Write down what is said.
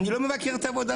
אני לא מבקר את העבודה שלכם.